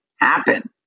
happen